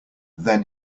then